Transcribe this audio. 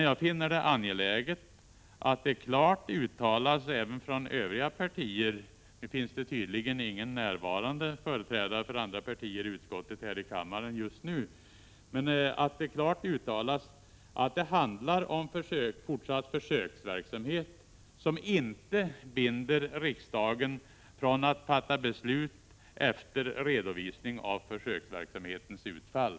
Jag finner det angeläget att det klart uttalas även från övriga partier — men det finns tydligen ingen företrädare för andra partier i utskottet närvarande just nu — att det handlar om fortsatt försöksverksamhet, som inte hindrar riksdagen från att fatta beslut efter redovisning av försöksverksamhetens utfall.